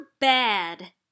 bad